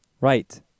Right